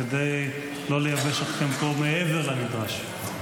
כדי לא לייבש אתכם מעבר לנדרש.